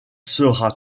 sera